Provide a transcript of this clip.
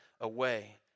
away